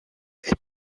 est